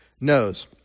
knows